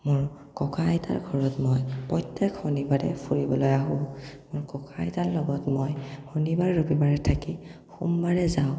মোৰ ককা আইতাৰ ঘৰত মই প্ৰত্যেক শনিবাৰে ফুৰিবলৈ আহোঁ মোৰ ককা আইতাৰ লগত মই শনিবাৰে ৰবিবাৰে থাকি সোমবাৰে যাওঁ